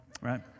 right